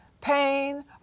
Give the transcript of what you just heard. pain